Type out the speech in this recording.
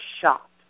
shocked